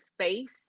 space